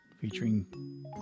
featuring